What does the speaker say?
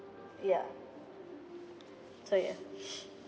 ya so ya